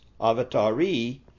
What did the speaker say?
Avatari